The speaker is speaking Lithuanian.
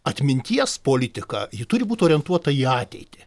atminties politika ji turi būt orientuota į ateitį